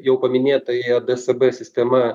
jau paminėtaji adsb sistema